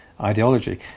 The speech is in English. ideology